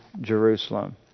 Jerusalem